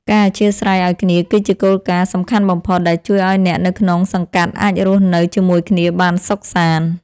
ការអធ្យាស្រ័យឱ្យគ្នា គឺជាគោលការណ៍សំខាន់បំផុត ដែលជួយឱ្យអ្នកនៅក្នុងសង្កាត់អាចរស់នៅជាមួយគ្នាបានសុខសាន្ត។